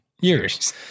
Years